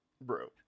Bro